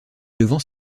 devant